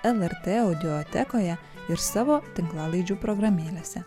lrt audiotekoje ir savo tinklalaidžių programėlėse